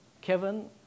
Kevin